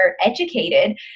educated